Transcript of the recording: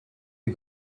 you